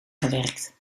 gewerkt